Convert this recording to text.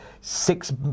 six